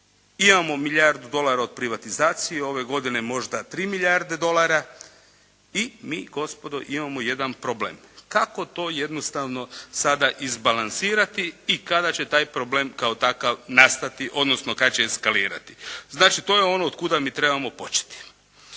Imamo milijardu dolara od privatizacije. Ove godine možda 3 milijarde dolara i mi gospodo imamo jedan problem. Kako to jednostavno sada izbalansirati i kada će taj problem kao takav nastati odnosno kad će eskalirati? Znači to je ono od kuda mi trebamo početi.